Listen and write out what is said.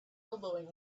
elbowing